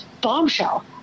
bombshell